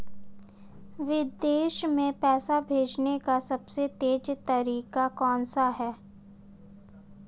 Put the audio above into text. विदेश में पैसा भेजने का सबसे तेज़ तरीका कौनसा है?